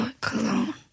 cologne